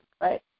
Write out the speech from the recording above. right